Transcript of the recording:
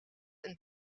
een